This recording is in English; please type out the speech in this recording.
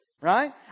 right